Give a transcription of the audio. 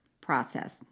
process